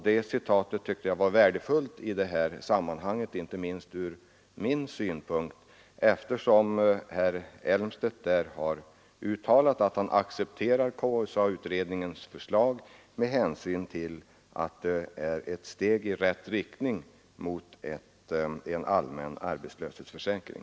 Det tycker jag är värdefullt, eftersom herr Elmstedt där uttalat att han accepterar KSA-utredningens förslag med hänsyn till att det är ett steg i riktning mot en allmän arbetslöshetsförsäkring.